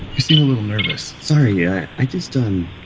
you seem a little nervous sorry. yeah i just um